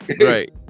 right